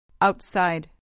Outside